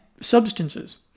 substances